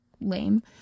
lame